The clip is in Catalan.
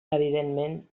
evidentment